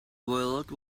world